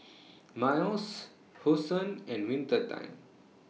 Miles Hosen and Winter Time